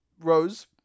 rose